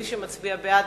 מי שמצביע בעד,